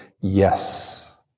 yes